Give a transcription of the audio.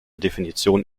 definition